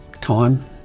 time